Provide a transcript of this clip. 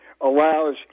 allows